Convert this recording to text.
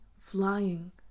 flying